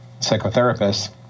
psychotherapists